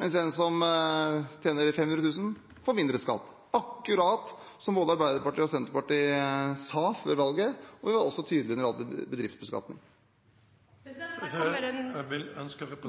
mens en som tjener 500 000 kr, får mindre skatt – akkurat som både Arbeiderpartiet og Senterpartiet sa før valget. Vi var også tydelige når det gjaldt bedriftsbeskatning. Det blir oppfølgingsspørsmål –